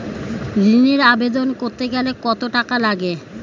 ঋণের আবেদন করতে গেলে কত টাকা লাগে?